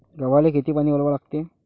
गव्हाले किती पानी वलवा लागते?